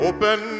Open